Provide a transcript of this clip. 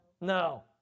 No